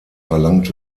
verlangt